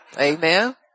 Amen